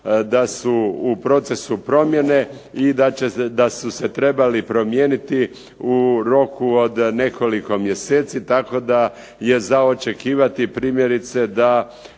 da su u procesu promjene i da su se trebali promijeniti u roku od nekoliko mjeseci, tako da je za očekivati primjerice da